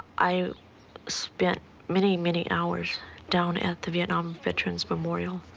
i spent many, many hours down at the vietnam veterans memorial.